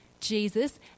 Jesus